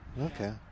Okay